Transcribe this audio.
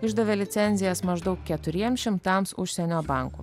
išdavė licencijas maždaug keturiems šimtams užsienio bankų